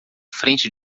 frente